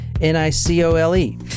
N-I-C-O-L-E